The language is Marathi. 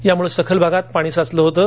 त्यामुळे सखल भागात पाणी साचलं होतं